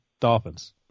Dolphins